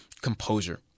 composure